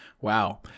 wow